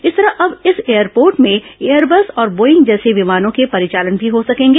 इस तरह अब इस एयरपोर्ट में एयरबस और बोइंग जैसे विमानों के परिचालन भी हो सकेगा